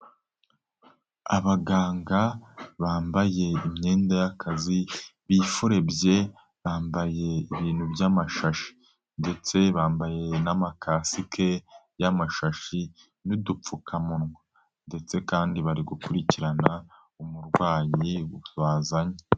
Abaganga bambaye imyenda y'akazi bifurebye bambaye ibintu by'amashashi ndetse bambaye n'amakasike y'amashashi n'udupfukamunwa ndetse kandi bari gukurikirana umurwayi bazanye.